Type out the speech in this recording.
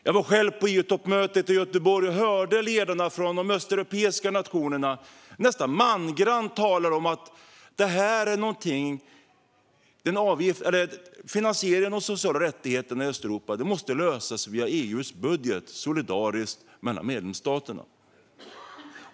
Jag var själv på EU-toppmötet i Göteborg och hörde ledarna från de östeuropeiska nationerna nästan mangrant tala om att finansieringen av de sociala rättigheterna i Östeuropa måste lösas via EU:s budget, solidariskt mellan medlemsstaterna.